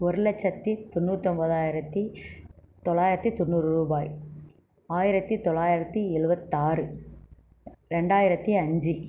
ஒரு லட்சத்தி தொண்ணூற்றி ஒன்போதாயிரத்தி தொள்ளாயிரத்தி தொண்ணூறு ரூபாய் ஆயிரத்தி தொளாயிரத்தி எழுபத்தாறு ரெண்டாயிரத்தி அஞ்சு